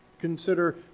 Consider